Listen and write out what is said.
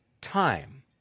time